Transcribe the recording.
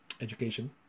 education